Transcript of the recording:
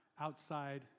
outside